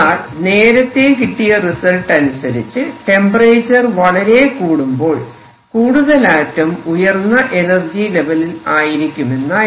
എന്നാൽ നേരത്തെ കിട്ടിയ റിസൾട്ട് അനുസരിച്ച് ടെമ്പറേച്ചർ വളരെ കൂടുമ്പോൾ കൂടുതൽ ആറ്റം ഉയർന്ന എനർജി ലെവലിൽ ആയിരിക്കുമെന്നായിരുന്നു